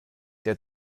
der